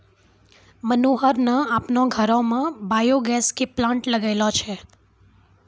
मनोहर न आपनो घरो मॅ बायो गैस के प्लांट लगैनॅ छै